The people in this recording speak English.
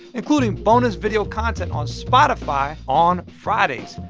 including bonus video content on spotify on fridays.